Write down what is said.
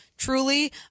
Truly